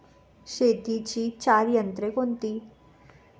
शेतीची चार तंत्रे कोणती?